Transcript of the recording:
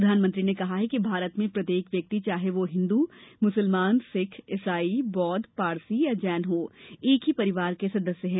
प्रधानमंत्री ने कहा कि भारत में प्रत्येक व्यक्ति चाहे वह हिन्दू मुसलमान सिख ईसाइ बौद्व पारसी या जैन हो एक ही परिवार का सदस्य है